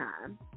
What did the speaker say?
time